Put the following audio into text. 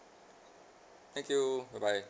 thank you bye bye